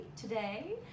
today